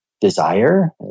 desire